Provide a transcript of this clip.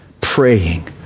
praying